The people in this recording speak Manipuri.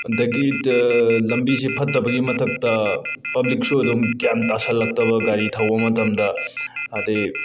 ꯑꯗꯒꯤ ꯂꯝꯕꯤꯁꯦ ꯐꯠꯇꯕꯒꯤ ꯃꯊꯛꯇ ꯄꯕ꯭ꯂꯤꯛꯁꯨ ꯑꯗꯨꯝ ꯒ꯭ꯌꯥꯟ ꯇꯥꯁꯜꯂꯛꯇꯕ ꯒꯥꯔꯤ ꯊꯧꯕ ꯃꯇꯝꯗ ꯍꯥꯏꯗꯤ